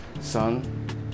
son